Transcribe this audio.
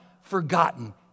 forgotten